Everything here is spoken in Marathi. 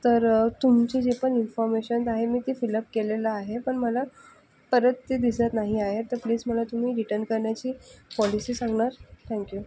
तर तुमचे जे पण इन्फॉर्मेशन आहे मी ती फिलअप केलेलं आहे पण मला परत ते दिसत नाही आहे तर प्लीज मला तुम्ही रिटर्न करण्याची पॉलिसी सांगणार थँक्यु